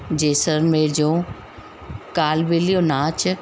जैसलमेर जो कालबेलियो नाच